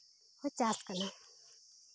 ᱦᱳᱲᱳ ᱪᱟᱥ ᱠᱟᱱᱟ